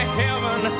heaven